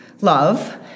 love